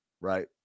right